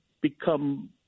become